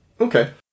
Okay